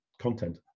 content